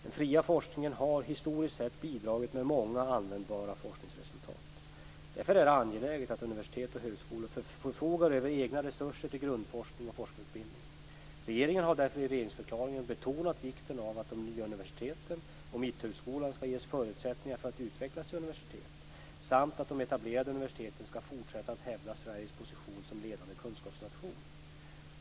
Den fria forskningen har historiskt sett bidragit med många användbara forskningsresultat. Därför är det angeläget att universitet och högskolor förfogar över egna resurser till grundforskning och forskarutbildning. Regeringen har därför i regeringsförklaringen betonat vikten av att de nya universiteten och Mitthögskolan skall ges förutsättningar för att utvecklas till universitet samt att de etablerade universiteten skall fortsätta att hävda Sveriges position som ledande kunskapsnation.